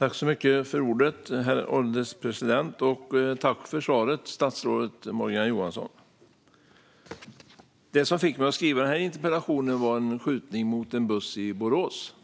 Herr ålderspresident! Tack för svaret, statsrådet Morgan Johansson! Det som fick mig att skriva interpellationen var en skjutning mot en buss i Borås.